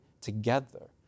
together